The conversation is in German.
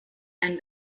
ein